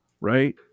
right